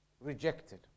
rejected